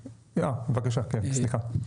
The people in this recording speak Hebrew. בבקשה, כן, סליחה.